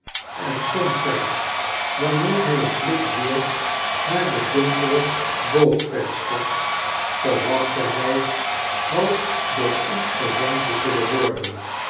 en somtijds wanneer hij een blik wierp naar de donkere boogvensters verwachtte hij half door iets gewenkt te zullen worden